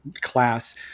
class